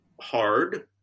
hard